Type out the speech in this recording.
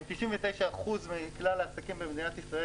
הם 99% מכלל העסקים במדינת ישראל,